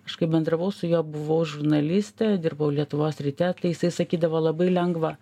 aš kai bendravau su juo buvau žurnalistė dirbau lietuvos ryte tai jisai sakydavo labai lengva